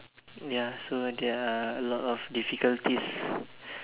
ya so there are a lot of difficulties